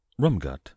Rumgut